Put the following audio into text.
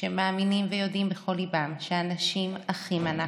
שמאמינים ויודעים בכל ליבם שאנשים אחים אנחנו,